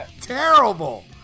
terrible